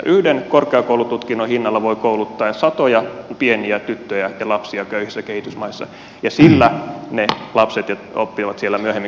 yhden korkeakoulututkinnon hinnalla voi kouluttaa satoja pieniä tyttöjä ja lapsia köyhissä kehitysmaissa ja sillä ne lapset oppivat siellä myöhemmin kalastamaan